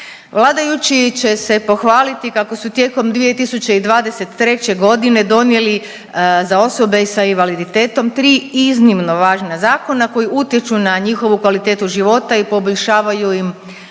Vladajući će se pohvaliti kako su tijekom 2023.g. donijeli za osobe s invaliditetom tri iznimno važna zakona koji utječu na njihovu kvalitetu života i poboljšavaju im materijalni